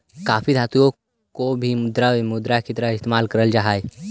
काफी धातुओं को भी द्रव्य मुद्रा की तरह इस्तेमाल करल जा हई